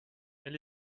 elle